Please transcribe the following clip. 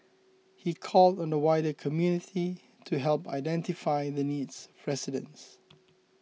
he called on the wider community to help identify the needs of residents